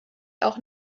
auch